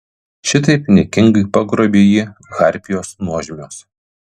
šitaip niekingai pagrobė jį harpijos nuožmios